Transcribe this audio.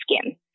skin